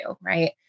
Right